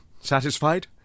Satisfied